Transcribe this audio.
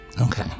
Okay